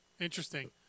interesting